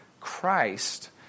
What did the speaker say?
Christ